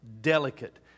delicate